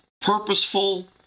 purposeful